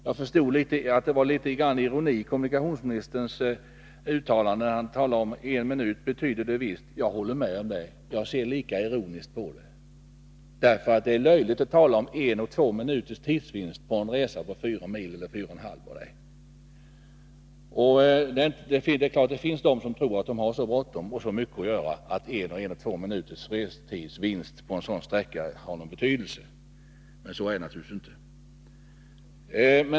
Jag förstår att det var litet ironi i kommunikationsministerns tal om en vinst på en minut. Jag håller med om det, och jag ser lika ironiskt på det hela. Det är löjligt att tala om tidsvinster på en eller två minuter på en resa på ca 4 mil. Det är klart att det finns människor som tycker att de har så bråttom och så mycket att göra att en vinst när det gäller restiden på en å två minuter på en sådan sträcka har betydelse — men så är det naturligtvis inte.